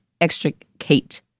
extricate